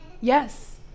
Yes